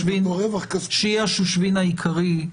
שהיא השושבין העיקרי,